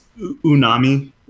unami